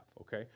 okay